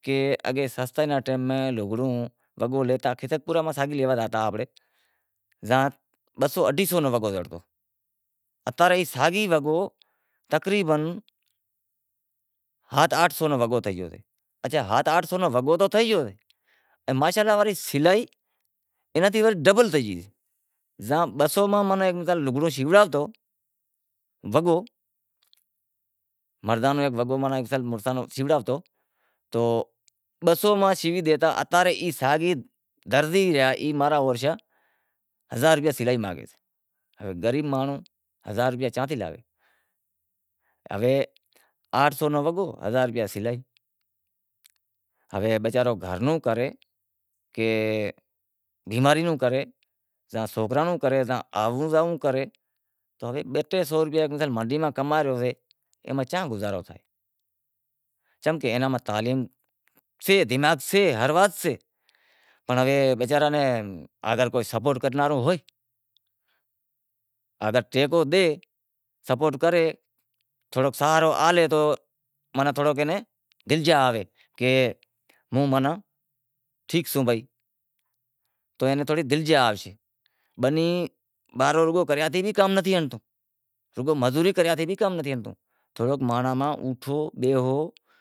اگے سستائی رے ٹیم میں لگڑا لیتا تو سستائی رے ٹیم ماں بہ سو اڈھائی سو رو وگو زڑتو، اتا رے ساگی وگو تقریبن ہات آٹھ سو رو وگو تھے گیو سے، اچھا ہات آٹھ سو رو وگو تو تھے گیو ماشا الا وڑے سلائی اینا تی وڑے ڈبل تھے گئی، زاں بہ سو ماں ماناں ہیک لگڑو شیوڑاتو وگو مردانو وگو شیوڑاتو تو بہ سو مان شیبی ڈیتا اتا رے ای ساگی درزی رہیا ای ہزار روپیا سلائی مانگے سے، غریب مانڑو ہزار روپیا چاں تے لاوے، ہوے آٹھ سو نوں وگو، ہزار روپیا سلائی، ہوے گھر نوں کرے کہ بیماری روں کرے یا سوکراں روں کرے یا آووں زائوں کرے ہوے مثال بہ ٹے سو روپیا منڈی ماں کمائے رہیو سے چیاں گزارو تھے، چمکہ تعلیم سے، دماغ سے ہر وات سے پنڑ وچارے ناں کوئی سپورٹ کرنڑ واڑو ہوئے، اگر کو ٹیکو ڈے سپورٹ کرت تھوڑو سہارو آلے تو ماناں تھوڑو کے ناں الجا آوے، بنی بارو کریانتے تو ای کام نتھی ہالتو رگو مزوری کریاں سیں بھی کام نتھی ہلتو۔